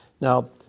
Now